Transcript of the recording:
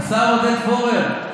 השר עודד פורר,